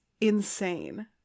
insane